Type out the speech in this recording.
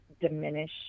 diminish